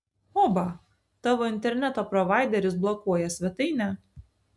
oba tavo interneto provaideris blokuoja svetainę